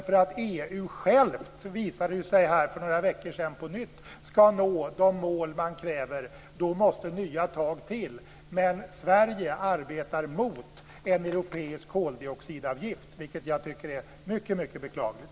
För att EU självt, visade det ju sig för några veckor sedan, på nytt, skall nå de mål som krävs måste nya tag till. Men Sverige arbetar mot en europeisk koldioxidavgift, vilket jag tycker är mycket beklagligt.